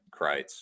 Kreitz